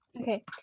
okay